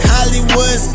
Hollywood